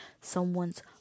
someone's